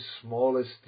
smallest